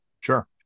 sure